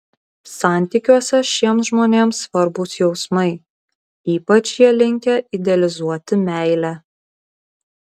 santykiuose šiems žmonėms svarbūs jausmai ypač jie linkę idealizuoti meilę